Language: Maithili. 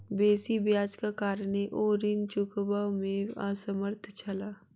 बेसी ब्याजक कारणेँ ओ ऋण चुकबअ में असमर्थ छला